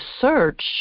search